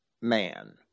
man